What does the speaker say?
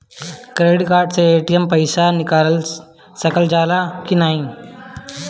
Credit card से ATM से पइसा निकाल सकल जाला की नाहीं?